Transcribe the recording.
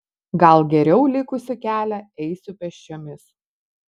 gal geriau likusį kelią eisiu pėsčiomis